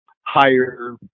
higher